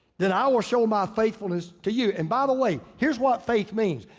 then i will show my faithfulness to you. and by the way, here's what faith means.